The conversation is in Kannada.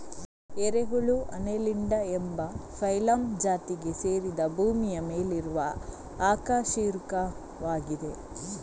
ಎರೆಹುಳು ಅನ್ನೆಲಿಡಾ ಎಂಬ ಫೈಲಮ್ ಜಾತಿಗೆ ಸೇರಿದ ಭೂಮಿಯ ಮೇಲಿರುವ ಅಕಶೇರುಕವಾಗಿದೆ